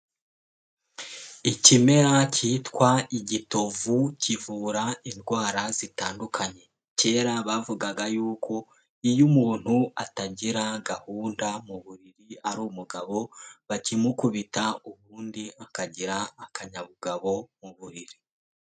Ikimera cyitwa igitovu kivura indwara zitandukanye, kera bavugaga yuko iyo umuntu atangira gahunda mu buriri ari umugabo bakimukubita ubundi akagira akanyabugabo mu buriri.